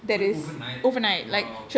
wait overnight !wow!